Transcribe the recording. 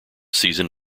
season